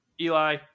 Eli